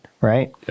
right